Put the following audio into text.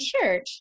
church